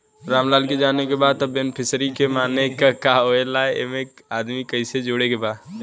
रामलाल के जाने के बा की बेनिफिसरी के माने का का होए ला एमे आदमी कैसे जोड़े के बा?